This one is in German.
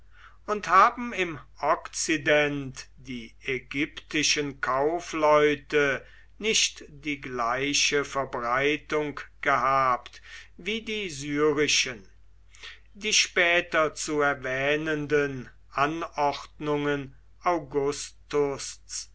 und haben im okzident die ägyptischen kaufleute nicht die gleiche verbreitung gehabt wie die syrischen die später zu erwähnenden anordnungen augusts